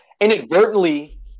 inadvertently